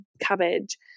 cabbage